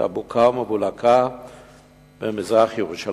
את הבוקה ומבולקה במזרח-ירושלים.